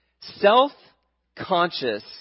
Self-conscious